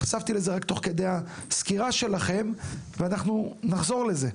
אנחנו נחזור לזה.